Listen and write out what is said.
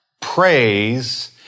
Praise